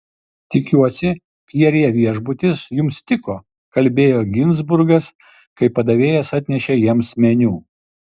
tikiuosi pierre viešbutis jums tiko kalbėjo ginzburgas kai padavėjas atnešė jiems meniu